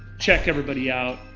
check everybody out.